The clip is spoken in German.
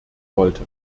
wollte